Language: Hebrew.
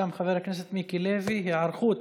גם היא של חבר הכנסת מיקי לוי: היערכות